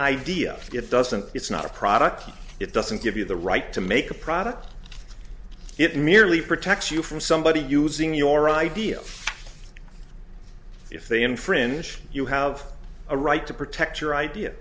idea it doesn't it's not a product it doesn't give you the right to make a product it merely protects you from somebody using your idea if they infringe you have a right to protect